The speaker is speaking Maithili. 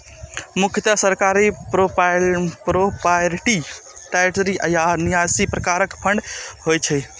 मुख्यतः सरकारी, प्रोपराइटरी आ न्यासी प्रकारक फंड होइ छै